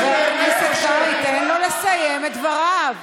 חבר הכנסת קרעי, תן לו לסיים את דבריו.